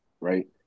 right